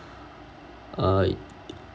uh